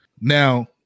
Now